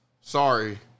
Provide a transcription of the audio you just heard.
sorry